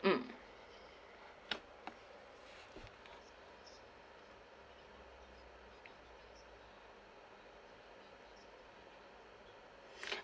mm